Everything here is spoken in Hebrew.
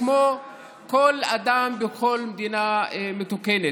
כמו כל אדם בכל מדינה מתוקנת.